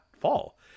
fall